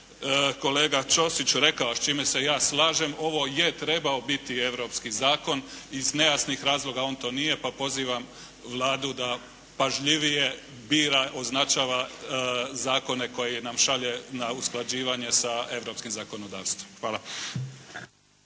kolega Ćosić rekao, a s čime se ja slažem ovo je trebao biti europski zakon. Iz nejasnih razloga on to nije, pa pozivam Vladu da pažljivije bira, označava zakone koje nam šalje na usklađivanje sa europskim zakonodavstvom. Hvala.